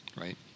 right